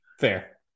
Fair